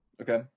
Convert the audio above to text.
Okay